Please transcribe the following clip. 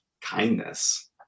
kindness